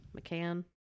McCann